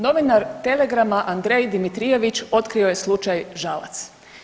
Novinar Telegrama Andrej Dimitrijević otkrio je slučaj Žalac.